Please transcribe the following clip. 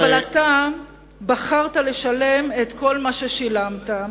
אבל אתה בחרת לשלם את כל מה ששילמת.